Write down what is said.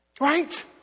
Right